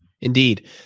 Indeed